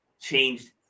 changed